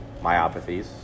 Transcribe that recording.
myopathies